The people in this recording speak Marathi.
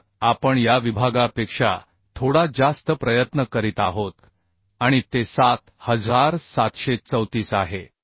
तर आपण या विभागापेक्षा थोडा जास्त प्रयत्न करीत आहोत आणि ते 7734 आहे